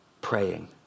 Praying